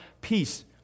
peace